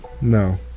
No